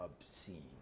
obscene